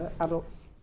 adults